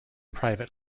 private